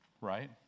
Right